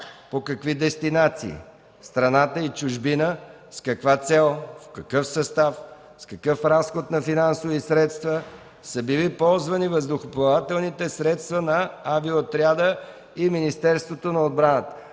по какви дестинации в страната и чужбина, с каква цел, в какъв състав, с какъв разход на финансови средства са били ползвани въздухоплавателни средства на авиоотряда и Министерството на отбраната.